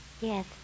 Yes